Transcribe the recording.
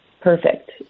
perfect